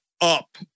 up